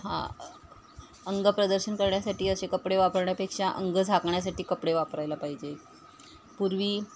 अंगप्रदर्शन करण्यासाठी असे कपडे वापरण्यापेक्षा अंग झाकण्यासाठी कपडे वापरायला पाहिजेत पूर्वी